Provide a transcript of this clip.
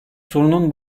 sorunun